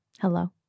Hello